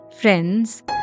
Friends